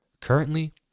currently